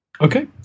Okay